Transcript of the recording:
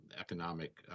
economic –